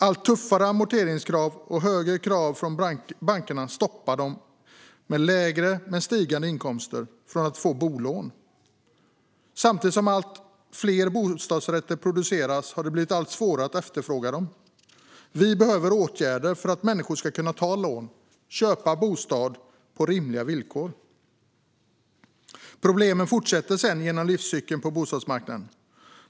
Allt tuffare amorteringskrav och högre krav från bankerna hindrar dem med lägre men stigande inkomster från att få bolån. Samtidigt som allt fler bostadsrätter produceras har det blivit allt svårare att efterfråga dessa. Vi behöver åtgärder för att människor ska kunna ta lån och köpa en bostad på rimliga villkor. Problemen fortsätter sedan genom livscykeln på bostadsmarknaden.